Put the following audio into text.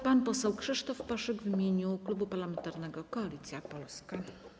Pan poseł Krzysztof Paszyk w imieniu Klubu Parlamentarnego Koalicja Polska.